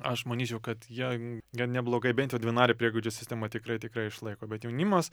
aš manyčiau kad jie gan neblogai bent jau dvinarę priegaidžių sistemą tikrai tikrai išlaiko bet jaunimas